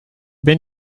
been